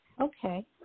Okay